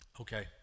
Okay